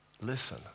Listen